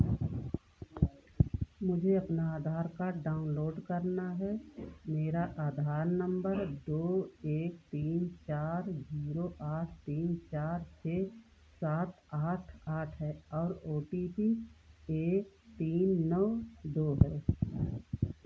मुझे अपना Aadhaar card download करना है मेरा आधार नंबर दो एक तीन चार जीरो आठ तीन चार छः सात आठ आठ है और ओ टी पी एक तीन नौ दो है